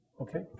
Okay